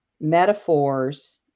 metaphors